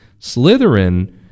Slytherin